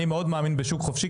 אני מאוד מאמין בשוק חופשי.